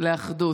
לאחדות,